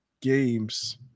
games